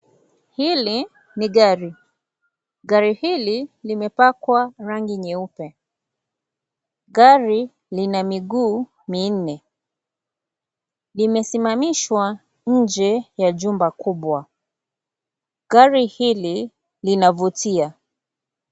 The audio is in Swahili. Hili ni gari. Gari hili limepakwa rangi nyeupe. Gari lina miguu miinne. LImesimamishwa inje ya chumba kubwa. Gari hili linavutia.